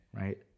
right